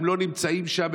הם לא נמצאים שם,